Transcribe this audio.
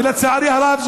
ולצערי הרב,